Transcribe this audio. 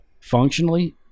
Functionally